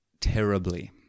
terribly